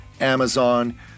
Amazon